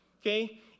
Okay